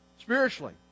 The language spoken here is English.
spiritually